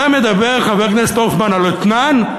אתה מדבר, חבר הכנסת הופמן, על אתנן?